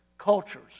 Cultures